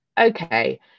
okay